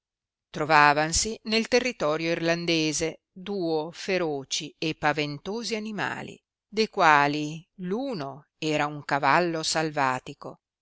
trovavansi nel territorio irlandese duo feroci e paventosi animali de'quali l uno era un cavallo salvatico